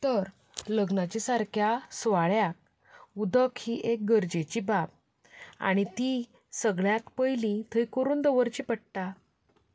तर लग्नाच्या सारक्या सुवाळ्याक उदक ही एक गरजेची बाब आनी ती सगल्यांत पयलीं थंय करून दवरची पडटा